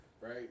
right